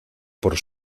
por